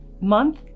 month